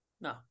no